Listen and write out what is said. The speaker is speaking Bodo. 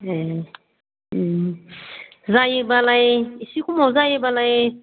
ए जायोब्लालाय एसे खमाव जायोब्लालाय